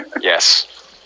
yes